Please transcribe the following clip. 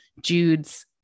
Jude's